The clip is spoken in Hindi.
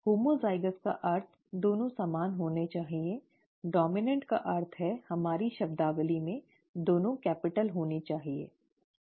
होमोज़ाइगस 'Homozygous' का अर्थ दोनों समान होना चाहिए 'डॉम्इनॅन्ट' का अर्थ है हमारी शब्दावली में दोनों कैपिटल होने चाहिए है ना